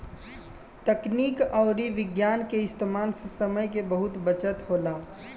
तकनीक अउरी विज्ञान के इस्तेमाल से समय के बहुत बचत होला